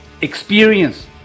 experience